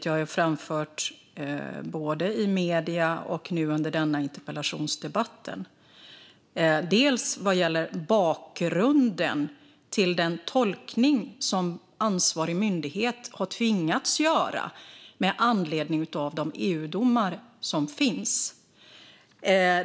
Jag har både i medier och nu under denna interpellationsdebatt framfört bakgrunden till den tolkning som ansvarig myndighet har tvingats göra med anledning av de EU-domar som finns.